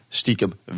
stiekem